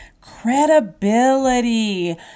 credibility